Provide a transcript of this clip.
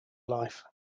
life